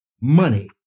money